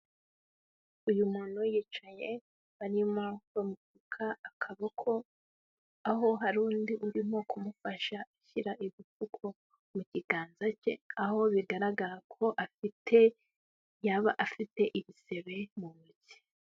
Uyu muntu yicaye, barimo bamupfuka akaboko, aho hari undi urimo kumufasha ashyira ibipfuko ku kiganza cye aho bigaragara ko afite, yaba afite ibisebe mu ntoki.